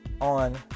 on